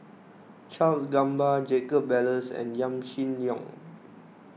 Charles Gamba Jacob Ballas and Yaw Shin Leong